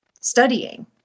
studying